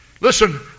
Listen